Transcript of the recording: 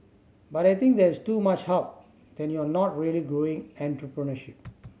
but I think there is too much help then you are not really growing entrepreneurship